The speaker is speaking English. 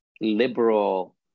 liberal